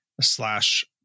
slash